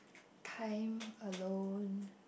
time alone